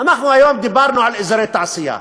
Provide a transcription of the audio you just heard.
אנחנו היום דיברנו על אזורי תעשייה.